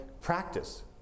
practice